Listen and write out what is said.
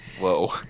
Whoa